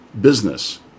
business